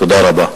תודה רבה.